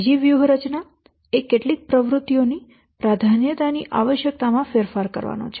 બીજી વ્યૂહરચના એ કેટલીક પ્રવૃત્તિઓની પ્રાધાન્યતાની આવશ્યકતામાં ફેરફાર કરવાનો છે